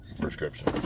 prescription